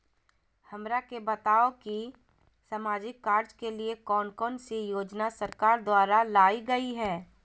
हमरा के बताओ कि सामाजिक कार्य के लिए कौन कौन सी योजना सरकार द्वारा लाई गई है?